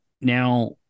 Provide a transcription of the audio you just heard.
now